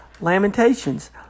Lamentations